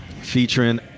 featuring